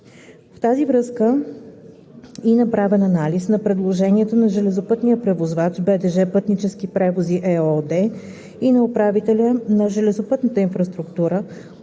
В тази връзка и направен анализ на предложенията на железопътния превозвач „БДЖ – Пътнически превози“ ЕООД и на управителя на железопътната инфраструктура